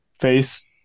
face